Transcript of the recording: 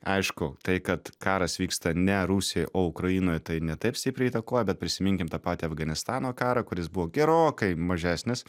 aišku tai kad karas vyksta ne rusijoj o ukrainoj tai ne taip stipriai įtakoja bet prisiminkim tą patį afganistano karą kuris buvo gerokai mažesnis